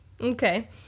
Okay